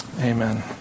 Amen